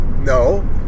No